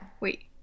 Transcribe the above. Wait